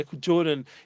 Jordan